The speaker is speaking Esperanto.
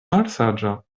malsaĝa